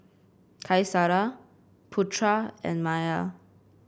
Qaisara Putra and Maya